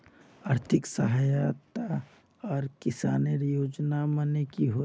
आर्थिक सहायता आर किसानेर योजना माने की होय?